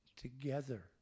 Together